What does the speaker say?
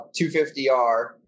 250R